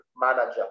manager